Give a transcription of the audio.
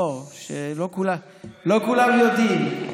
לא, לא כולם יודעים.